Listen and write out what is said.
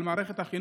על מערכת החינוך,